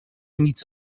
nic